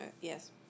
Yes